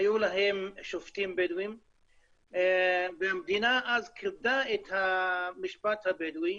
היו להם שופטים בדואים והמדינה אז כיבדה את המשפט הבדואי